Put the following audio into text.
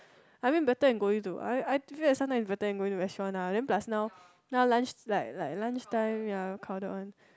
I mean better then going to I I feel that sometimes it's better than going to restaurant ah and then plus now now like lunch lunch time ya crowded one